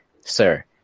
sir